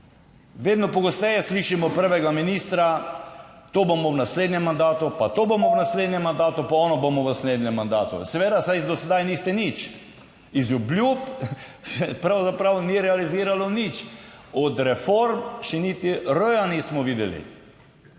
Vedno pogosteje slišimo prvega ministra to bomo v naslednjem mandatu, pa to bomo v naslednjem mandatu pa ono bomo v naslednjem mandatu. Seveda, saj do sedaj niste nič iz obljub se pravzaprav ni realiziralo nič, od reform še niti r nismo videli.